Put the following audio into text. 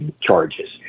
charges